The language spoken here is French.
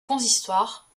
consistoire